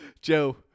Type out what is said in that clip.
Joe